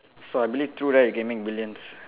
so I believe through that you can make billions